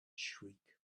shriek